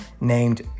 named